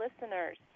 listeners